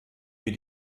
wie